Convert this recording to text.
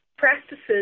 Practices